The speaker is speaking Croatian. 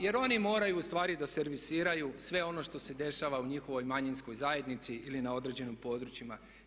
Jer oni moraju ustvari da servisiraju sve ono što se dešava u njihovoj manjinskoj zajednici ili na određenim područjima.